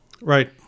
Right